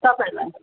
तपाईँहरूलाई